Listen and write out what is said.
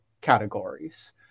categories